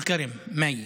אשתי מטול כרם, מאי,